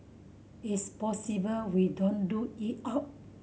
it's possible we don't rule it out